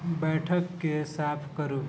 बैठकके साफ करू